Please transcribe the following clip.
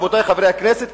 רבותי חברי הכנסת,